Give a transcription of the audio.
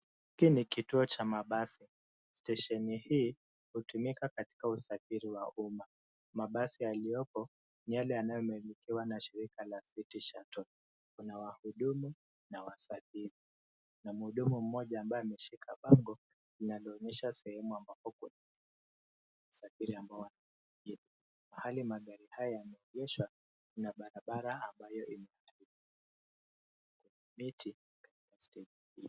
Hiki ni kituo cha mabasi stesheni hii hutumika katika usafiri wa umma. Mabasi yaliyopo ni yale yanayo milikiwa na shirika la City Shuttle. Kuna wahudumu na wasafiri, na muhudumu mmoja ambaye ameshika pango linalo onyesha sehemu ambapo wasafiri wana enda. Pahali magari haya yameegeshwa kuna barabara ambayo ina miti.